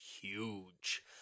huge